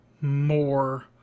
more